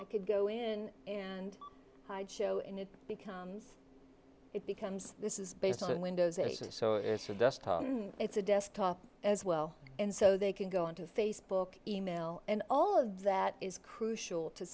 i could go in and hide show and it becomes it becomes this is based on windows eight so it's a desktop it's a desktop as well and so they can go on to facebook email and all of that is crucial to